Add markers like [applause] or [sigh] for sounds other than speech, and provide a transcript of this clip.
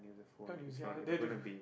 can't you there the [noise]